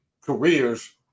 careers